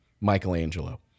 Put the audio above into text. Michelangelo